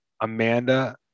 Amanda